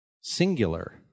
singular